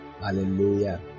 Hallelujah